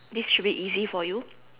this should be easy for you